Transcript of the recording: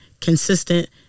consistent